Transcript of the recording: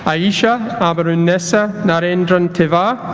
ayeesha amirunnesa narendran thevar